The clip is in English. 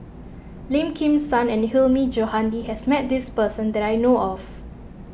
Lim Kim San and Hilmi Johandi has met this person that I know of